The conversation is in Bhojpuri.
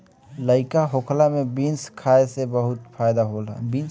लइका होखला में बीन्स खाए से बहुते फायदा होला